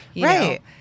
Right